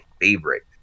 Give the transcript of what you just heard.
favorite